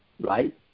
right